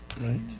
Right